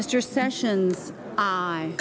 mr session i